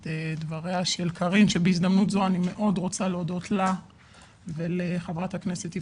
בהזדמנות זו אני מאוד רוצה להודות לחברת הכנסת קארין אלהרר ולחברת